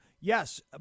Yes